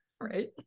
right